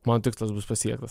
mano tikslas bus pasiektas